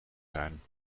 zijn